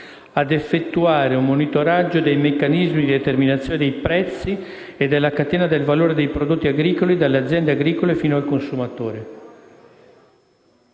«ad effettuare un monitoraggio dei meccanismi di determinazione dei prezzi e della catena del valore dei prodotti agricoli dalle aziende agricole fino al consumatore;».